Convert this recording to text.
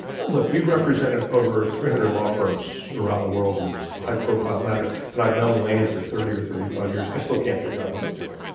look, we've represented over three hundred law firms around the world in high-profile matters and i've known laney for thirty or thirty five years. i still can't figure out what he's doing.